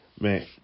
Man